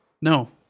No